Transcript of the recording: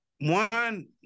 One